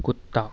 کتا